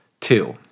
two